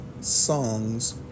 songs